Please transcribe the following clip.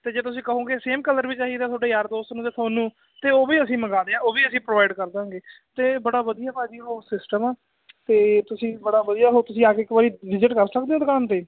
ਤੇ ਜੇ ਤੁਸੀਂ ਕਹੋਗੇ ਸੇਮ ਕਲਰ ਵੀ ਚਾਹੀਦਾ ਤੁਹਾਡਾ ਯਾਰ ਦੋਸਤ ਨੂੰ ਤੇ ਤੁਹਾਨੂੰ ਤੇ ਉਹ ਵੀ ਅਸੀਂ ਮੰਗਾਦੇ ਆ ਉਹ ਵੀ ਅਸੀਂ ਪ੍ਰੋਵਾਈਡ ਕਰ ਦਾਂਗੇ ਤੇ ਬੜਾ ਵਧੀਆ ਭਾਜੀ ਉਹ ਸਿਸਟਮ ਆ ਤੇ ਤੁਸੀਂ ਬੜਾ ਵਧੀਆ ਹੋ ਤੁਸੀਂ ਆ ਕੇ ਇੱਕ ਵਾਰੀ ਵਿਜਿਟ ਕਰ ਸਕਦੇ ਹੋ ਦੁਕਾਨ ਤੇ